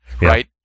right